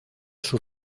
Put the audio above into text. sus